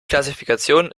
klassifikation